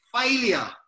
Failure